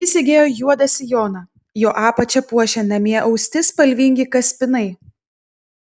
ji segėjo juodą sijoną jo apačią puošė namie austi spalvingi kaspinai